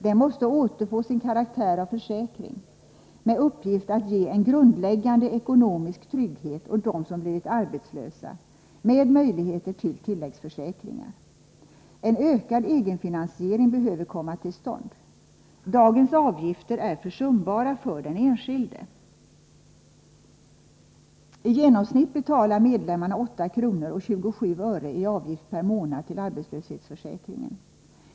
Den måste återfå sin karaktär av försäkring med uppgift att ge en grundläggande ekonomisk trygghet åt dem som blivit arbetslösa med möjligheter till tilläggsförsäkringar. En ökad egenfinansiering behöver komma till stånd. Dagens avgifter är försumbara för den enskilde. I genomsnitt betalar medlemmarna 8 kr. och 27 öre i avgift per månad till arbetslöshetsförsäkringen.